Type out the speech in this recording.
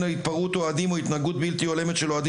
פנינה פנינה פנינה, הלו פנינה.